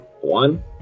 one